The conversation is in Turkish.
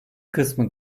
kısmı